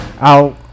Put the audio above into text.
Out